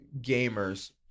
gamers